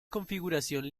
configuración